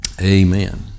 Amen